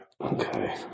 Okay